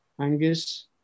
Angus